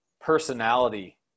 personality